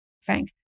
Frank